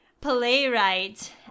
playwright